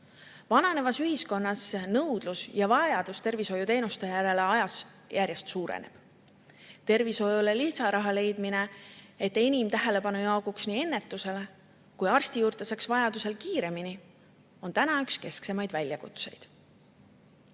Vananevas ühiskonnas nõudlus ja vajadus tervishoiuteenuste järele järjest suureneb. Tervishoiule lisaraha leidmine, et enam tähelepanu jaguks ennetusele ja et ka arsti juurde saaks vajadusel kiiremini, on praegu üks keskseid väljakutseid.